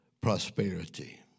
prosperity